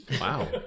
Wow